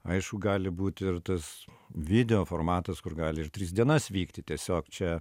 aišku gali būti ir tas video formatas kur gali ir tris dienas vykti tiesiog čia